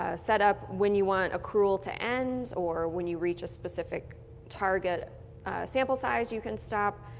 ah set up when you want accrual to end or when you reach a specific target sample size, you can stop.